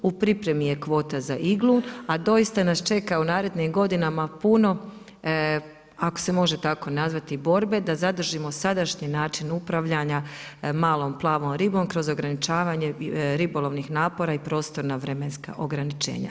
U pripremi je kvota za iglu, a doista nas čeka u narednim godinama puno ako se može tako nazvati borbe da zadržimo sadašnji način upravljanja malom plavom ribom kroz ograničavanje ribolovnih napora i prostorna vremenska ograničenja.